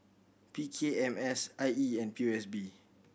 P K M S I E and P O S B